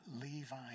Levi